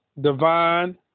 divine